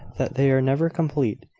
that they are never complete.